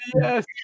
yes